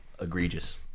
Egregious